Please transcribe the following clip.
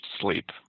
sleep